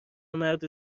مرد